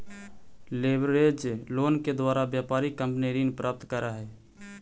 leverage loan के द्वारा व्यापारिक कंपनी ऋण प्राप्त करऽ हई